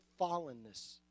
fallenness